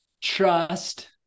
trust